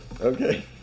okay